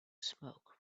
smoke